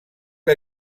que